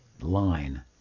line